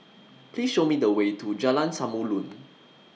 Please Show Me The Way to Jalan Samulun